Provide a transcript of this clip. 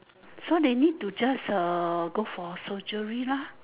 so they need to just uh go for surgery lah